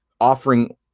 offering